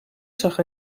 zag